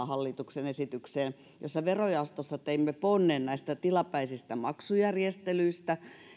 hallituksen esitykseen josta verojaostossa teimme näistä tilapäisistä maksujärjestelyistä ponnen